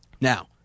Now